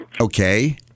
Okay